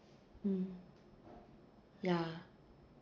mm yeah